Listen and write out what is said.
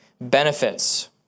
Benefits